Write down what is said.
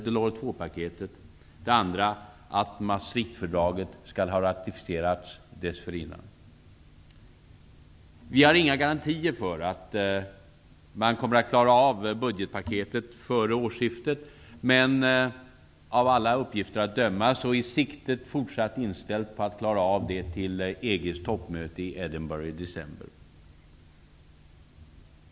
Det andra villkoret är att Maastrichtfördraget skall ha ratificerats dessförinnan. Vi har inga garantier för att man kommer att klara budgetpaketet före årsskiftet. Men av alla uppgifter att döma är siktet fortsatt inställt på att klara av det till EG:s toppmöte i Edinburgh i december.